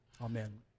Amen